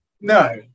No